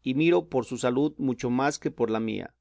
y miro por su salud mucho más que por la mía